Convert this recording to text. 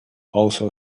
also